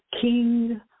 King